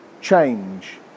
change